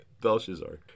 Belshazzar